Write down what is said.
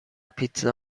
پیتزا